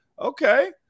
Okay